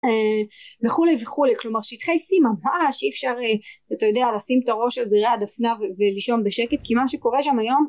אה... וכולי וכולי. כלומר שטחי סי ממש אי אפשר אה... אתה יודע, לשים את הראש על זרי הדפנה ולישון בשקט, כי מה שקורה שם היום...